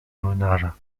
młynarza